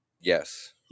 Yes